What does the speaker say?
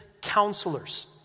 counselors